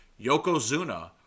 Yokozuna